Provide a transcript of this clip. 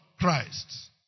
Christ